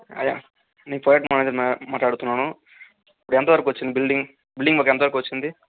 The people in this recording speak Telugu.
ఆ యా నేను ప్రాజెక్ట్ మేనేజర్ మా మాట్లాడుతున్నాను ఎంతవరకు వచ్చింది బిల్డింగ్ బిల్డింగ్ వర్క్ ఎంతవరకు వచ్చింది